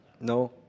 No